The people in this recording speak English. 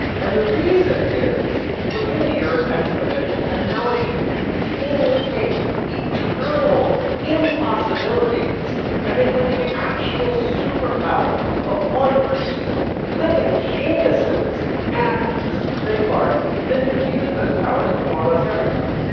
and the reason is, we're in the era of exponential technologies, which routinely take eternal impossibilities and make them the actual superpowers of one or two living geniuses and this is the big part then diffuse those powers to more or less everybody.